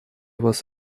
вас